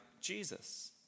Jesus